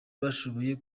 bashoboye